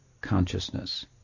consciousness